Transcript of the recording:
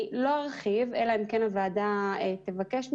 אני לא ארחיב, אלא אם הוועדה תבקש ממני,